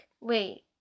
wait